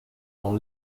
dans